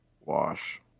Wash